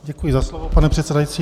Děkuji za slovo, pane předsedající.